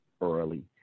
early